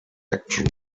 action